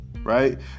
right